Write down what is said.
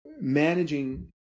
managing